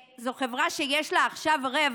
זו חברה שיש לה עכשיו רווח.